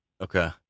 Okay